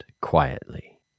quietly